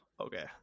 Okay